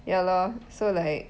ya lor so like